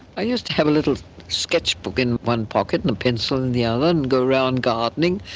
i used to have a little sketchbook in one pocket and a pencil in the other and go around gardening,